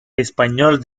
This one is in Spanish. espanyol